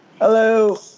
Hello